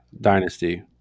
dynasty